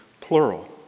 plural